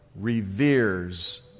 reveres